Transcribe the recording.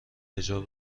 حجاب